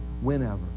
whenever